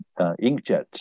inkjet